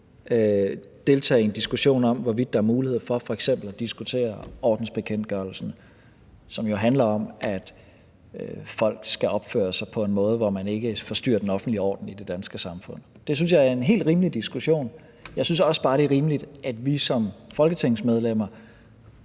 deltage i en diskussion om, hvorvidt der er muligheder for f.eks. at diskutere ordensbekendtgørelsen, som jo handler om, at folk skal opføre sig på en måde, hvor de ikke forstyrrer den offentlige orden i det danske samfund. Det synes jeg er en helt rimelig diskussion. Jeg synes også bare, det er rimeligt, at vi som folketingsmedlemmer